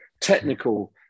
technical